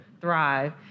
thrive